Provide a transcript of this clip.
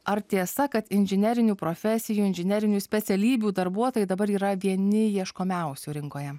ar tiesa kad inžinerinių profesijų inžinerinių specialybių darbuotojai dabar yra vieni ieškomiausių rinkoje